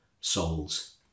souls